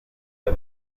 the